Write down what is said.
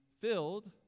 filled